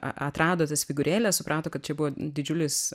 a atrado tas figūrėles suprato kad čia buvo didžiulis